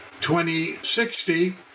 2060